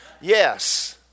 Yes